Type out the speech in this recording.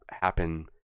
happen